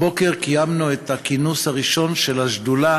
הבוקר קיימנו את הכינוס הראשון של השדולה